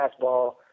fastball